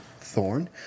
Thorn